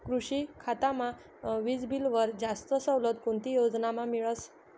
कृषी खातामा वीजबीलवर जास्त सवलत कोणती योजनामा मिळस?